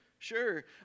Sure